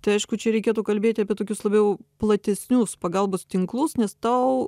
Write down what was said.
tai aišku čia reikėtų kalbėti apie tokius labiau platesnius pagalbos tinklus nes tau